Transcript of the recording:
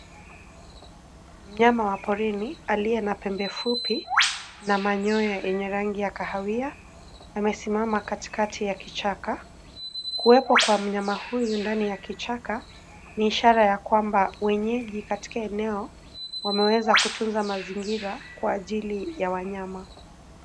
Mnyama wa porini aliye na pembe fupi na manyoya yenye rangi ya kahawia, amesimama katikati ya kichaka. Kuwepo kwa mnyama huyu ndani ya kichaka, ni ishara ya kwamba wenyeji katika eneo wameweza kutunza mazingira kwa ajili ya wanyama.